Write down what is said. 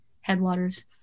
headwaters